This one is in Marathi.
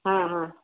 हां हां